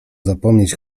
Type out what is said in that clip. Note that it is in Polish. zapomnieć